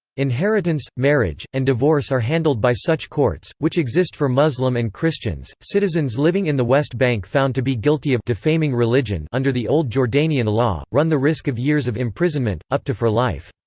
inheritance, marriage, and divorce are handled by such courts, which exist for muslim and christians citizens living in the west bank found to be guilty of defaming religion under the old jordanian law, run the risk of years of imprisonment, up to for life.